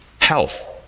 Health